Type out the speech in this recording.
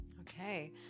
okay